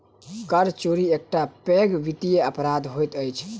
कर चोरी एकटा पैघ वित्तीय अपराध होइत अछि